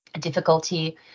difficulty